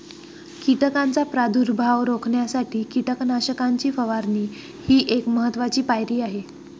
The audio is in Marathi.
कीटकांचा प्रादुर्भाव रोखण्यासाठी कीटकनाशकांची फवारणी ही एक महत्त्वाची पायरी आहे